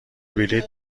بلیط